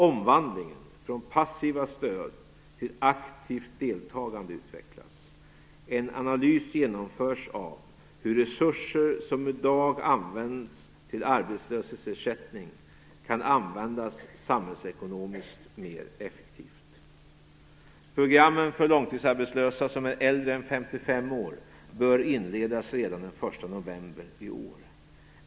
Omvandlingen från passiva stöd till aktivt deltagande utvecklas. En analys genomförs av hur resurser som i dag används till arbetslöshetsersättning kan användas samhällsekonomiskt mer effektivt. Programmen för långtidsarbetslösa som är äldre än 55 år bör inledas redan den 1 november i år.